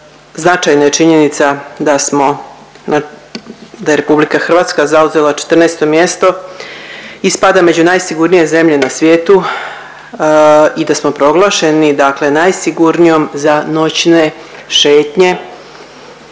Značajna je činjenica da smo, da je RH zauzela 14 mjesto i spada među najsigurnije zemlje na svijetu i da smo proglašeni dakle najsigurnijom za noćne šetnje.